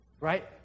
Right